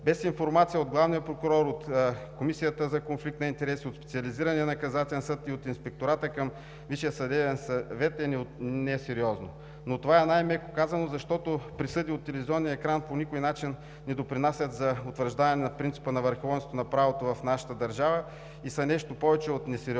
Без информация от главния прокурор, от Комисията за конфликт на интереси, от Специализирания наказателен съд и от Инспектората към Висшия съдебен съвет е несериозно, но това е най-меко казано, защото присъди от телевизионния екран по никой начин не допринасят за утвърждаване на принципа на върховенство на правото в нашата държава и са нещо повече от несериозност.